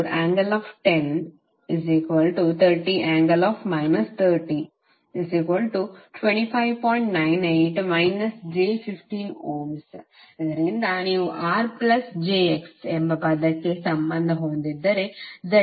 98 j15 Ω ಇದರಿಂದ ನೀವು R plus jx ಎಂಬ ಪದಕ್ಕೆ ಸಂಬಂಧ ಹೊಂದಿದ್ದರೆ Z ಎಂಬುದು 25